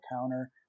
counter